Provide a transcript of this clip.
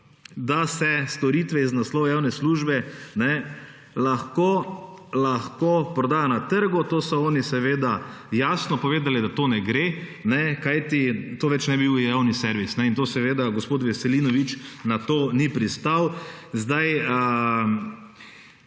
da se storitve iz naslova javne službe lahko prodajo na trgu, to so oni seveda jasno povedali, da to ne gre, kajti to več ne bi bil javni servis in to seveda gospod Veselinovič na to ni pristal.